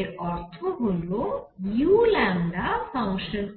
এর অর্থ হল u5uλT' 5